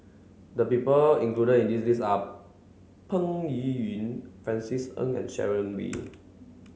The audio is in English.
the people included in the list are Peng Yuyun Francis Ng and Sharon Wee